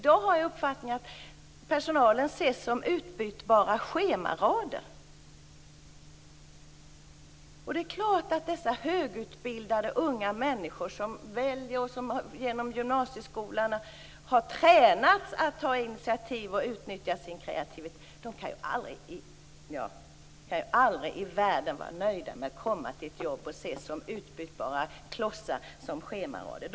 Jag har uppfattningen att personalen i dag bara ses som utbytbara schemarader. Det är klart att dessa högutbildade unga människor som genom gymnasieskolan har tränats i att ta initiativ och utnyttja sin kreativitet aldrig i världen kan vara nöjda med att komma till ett jobb och ses som utbytbara klossar och schemarader.